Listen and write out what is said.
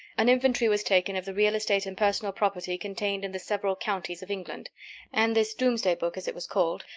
an inventory was taken of the real estate and personal property contained in the several counties of england and this domesday-book, as it was called,